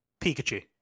Pikachu